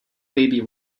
baby